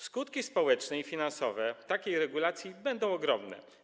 Skutki społeczne i finansowe takiej regulacji będą ogromne.